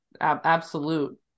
absolute